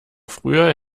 früher